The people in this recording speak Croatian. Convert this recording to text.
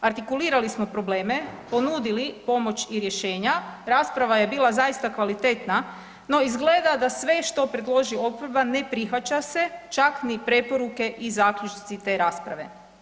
Artikulirali smo probleme, ponudili pomoć i rješenja, rasprava je bila zaista kvalitetna no izgleda sve što predloži oporba, ne prihvaća se, čak ni preporuke i zaključci te rasprave.